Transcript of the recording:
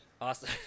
Awesome